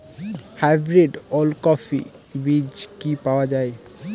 Hybrid ওলকফি বীজ কি পাওয়া য়ায়?